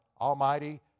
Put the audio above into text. Almighty